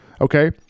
okay